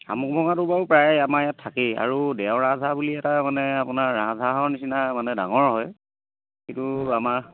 শামুক ভঙাটো বাৰু প্ৰায় আমাৰ ইয়াত থাকেই আৰু দেওৰাজহাঁহ বুলি এটা মানে আপোনাৰ ৰাজহাঁহৰ নিচিনা মানে ডাঙৰ হয় কিন্তু আমাৰ